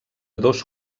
dos